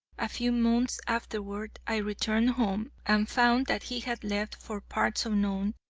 a few months afterward i returned home, and found that he had left for parts unknown,